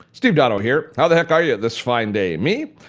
steve dotto here. how the heck are you this fine day? me?